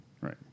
Right